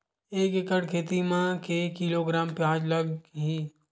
एक एकड़ खेती म के किलोग्राम प्याज लग ही?